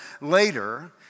later